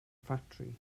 ffatri